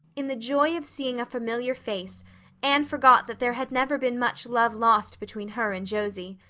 in the joy of seeing a familiar face anne forgot that there had never been much love lost between her and josie.